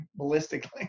ballistically